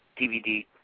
DVD